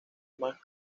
más